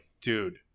dude